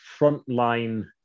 frontline